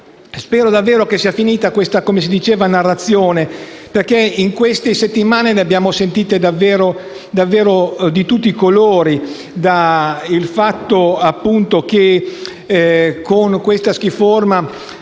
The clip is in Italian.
Spero davvero sia finita questa narrazione - come si diceva - perché in queste settimane ne abbiamo sentite davvero di tutti i colori: dal fatto che con questa "schiforma"